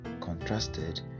contrasted